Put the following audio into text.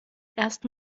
erst